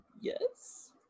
Yes